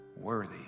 worthy